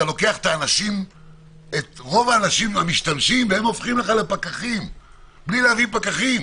אתה לוקח את רוב האנשים המשתמשים והם הופכים לך לפקחים בלי להביא פקחים.